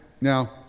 Now